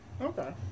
Okay